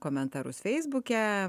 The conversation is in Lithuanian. komentarus feisbuke